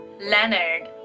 Leonard